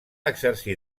exercir